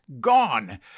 gone